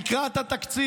תקרא את התקציב.